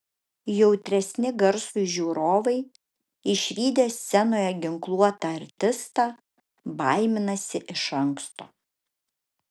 jautresni garsui žiūrovai išvydę scenoje ginkluotą artistą baiminasi iš anksto